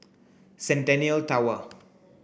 Centennial Tower